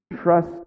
Trust